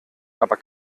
aber